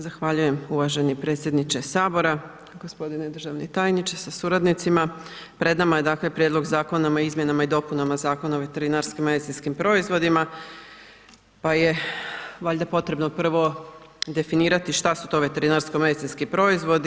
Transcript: Zahvaljujem uvaženi predsjedniče sabora, gospodine državni tajniče sa suradnicima, pred nama je dakle Prijedlog Zakona o izmjenama i dopunama Zakona o veterinarsko-medicinskim proizvodima pa je valjda potrebno prvo definirati šta su to veterinarsko-medicinski proizvodi.